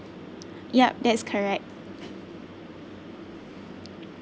yup that is correct